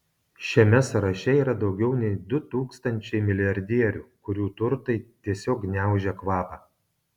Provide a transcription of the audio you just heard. šiame sąraše yra daugiau nei du tūkstančiai milijardierių kurių turtai tiesiog gniaužia kvapą